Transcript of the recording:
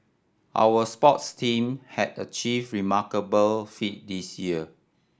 our sports team have achieve remarkable feat this year